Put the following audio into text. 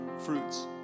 fruits